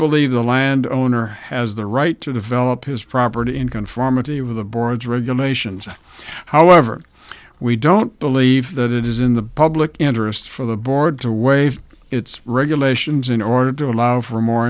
believe the land owner has the right to develop his property in conformity with the board's regulations however we don't believe that it is in the public interest for the board to waive its regulations in order to allow for more